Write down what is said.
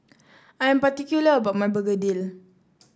I'm particular about my begedil